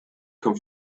come